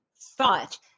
thought